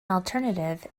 alternative